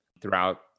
throughout